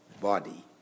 body